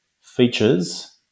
features